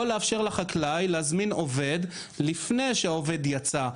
או לאפשר לחקלאי להזמין עובד לפני שעובד יצא.